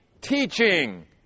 teaching